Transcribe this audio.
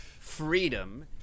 freedom